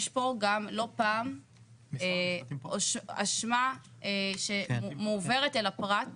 יש פה גם לא פעם אשמה שמועברת אל הפרט,